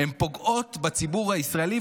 הן פוגעות בציבור הישראלי,